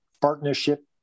partnership